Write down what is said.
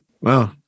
Wow